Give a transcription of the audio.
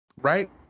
right